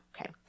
Okay